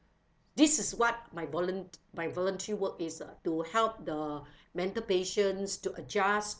this is what my volunt~ my voluntary work is uh to help the mental patients to adjust